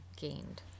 gained